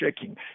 shaking